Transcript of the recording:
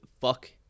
Fuck